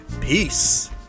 Peace